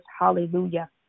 hallelujah